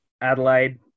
Adelaide